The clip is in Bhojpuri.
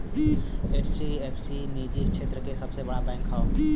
एच.डी.एफ.सी निजी क्षेत्र क सबसे बड़ा बैंक हौ